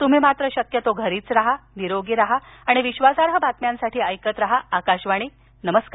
तूम्ही मात्र शक्यतो घरीच राहा निरोगी राहा आणि विश्वासार्ह बातम्यांसाठी ऐकत राहा आकाशवाणी नमस्कार